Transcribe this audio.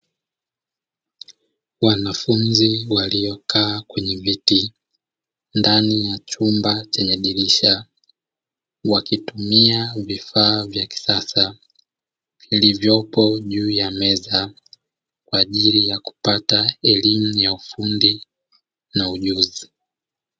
Wanafunzi waliokaa kwenye viti ndani ya chumba chenye dirisha wakitumia vifaa vya kisasa vilivyopo juu ya meza kwa ajili ya kupata elimu ya ujuzi na ufundi.